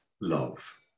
love